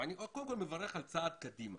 אני קודם כל מברך על כך שנעשה צעד קדימה